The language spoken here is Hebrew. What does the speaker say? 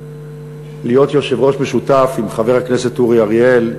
להיות יושב-ראש משותף עם חבר הכנסת אורי אריאל,